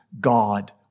God